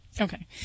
okay